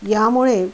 ह्यामुळे